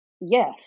yes